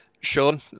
Sean